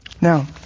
Now